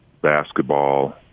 basketball